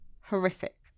Horrific